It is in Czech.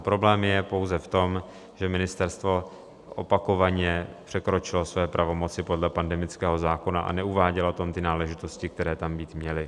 Problém je pouze v tom, že ministerstvo opakovaně překročilo své pravomoci podle pandemického zákona a neuvádělo tam ty náležitosti, které tam být měly.